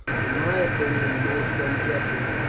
in my opinion most unjustly,